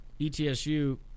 ETSU